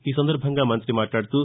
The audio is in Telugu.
ఈ సందర్భంగా మంత్రి మాట్లాదుతూ